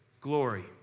glory